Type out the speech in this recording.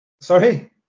Sorry